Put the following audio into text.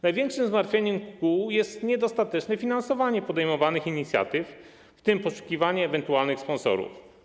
Największym zmartwieniem kół jest niedostateczne finansowanie podejmowanych inicjatyw, w tym poszukiwanie ewentualnych sponsorów.